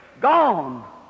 gone